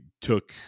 took